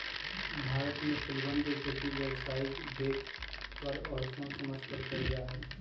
भारत में फूलवन के खेती व्यावसायिक देख कर और सोच समझकर कइल जाहई